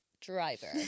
driver